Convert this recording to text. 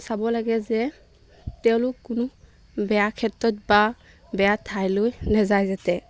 চাব লাগে যে তেওঁলোক কোনো বেয়া ক্ষেত্ৰত বা বেয়া ঠাইলৈ নাযায় যাতে